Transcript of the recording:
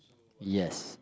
yes